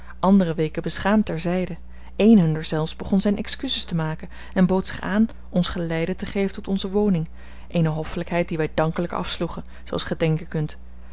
anderen weken beschaamd ter zijde een hunner zelfs begon zijne excuses te maken en bood zich aan ons geleide te geven tot onze woning eene hoffelijkheid die wij dankelijk afsloegen zooals gij denken kunt